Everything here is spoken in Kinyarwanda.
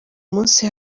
munsi